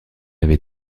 avait